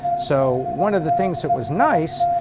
so, one of the things that was nice,